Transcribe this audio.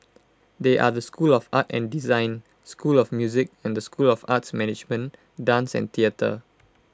they are the school of art and design school of music and school of arts management dance and theatre